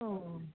औ